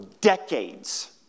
decades